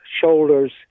shoulders